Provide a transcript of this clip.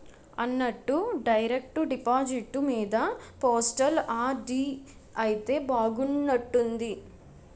అన్నట్టు direct deposit మీద postal RD అయితే బాగున్నట్టుంది